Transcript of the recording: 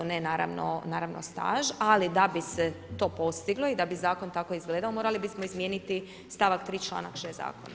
Ne naravno staž, ali da bi se to postiglo i da bi zakon tako izgledao, morali bismo izmijeniti stavak 3 članak 6 zakona.